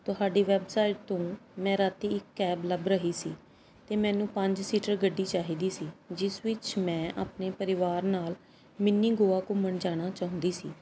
ਤੁਹਾਡੀ ਵੈਬਸਾਈਟ ਤੋਂ ਮੈਂ ਰਾਤ ਇੱਕ ਕੈਬ ਲੱਭ ਰਹੀ ਸੀ ਅਤੇ ਮੈਨੂੰ ਪੰਜ ਸੀਟਰ ਗੱਡੀ ਚਾਹੀਦੀ ਸੀ ਜਿਸ ਵਿੱਚ ਮੈਂ ਆਪਣੇ ਪਰਿਵਾਰ ਨਾਲ ਮਿਨੀ ਗੋਆ ਘੁੰਮਣ ਜਾਣਾ ਚਾਹੁੰਦੀ ਸੀ